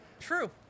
True